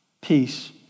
Peace